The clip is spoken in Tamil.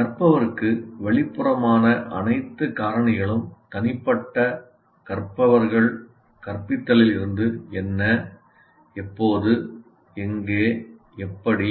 கற்பவருக்கு வெளிப்புறமான அனைத்து காரணிகளும் தனிப்பட்ட கற்பவர்கள் கற்பித்தலில் இருந்து என்ன எப்போது எங்கே எப்படி